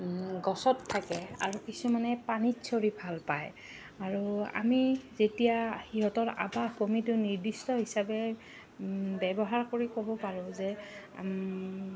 গছত থাকে আৰু কিছুমানে পানীত চৰি ভাল পায় আৰু আমি যেতিয়া সিহঁতৰ আৱাস ভূমিটো নিৰ্দিষ্ট হিচাপে ব্যৱহাৰ কৰি ক'ব পাৰোঁ যে